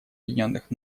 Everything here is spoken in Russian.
объединенных